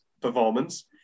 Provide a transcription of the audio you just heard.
performance